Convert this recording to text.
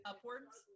Upwards